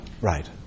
right